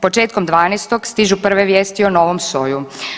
Početkom 12. stižu prve vijesti o novom soju.